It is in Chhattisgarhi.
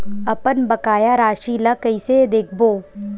अपन बकाया राशि ला कइसे देखबो?